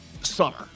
summer